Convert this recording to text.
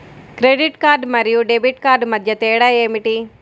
Credit card మరియు debit card మధ్య తేడా ఏమిటి?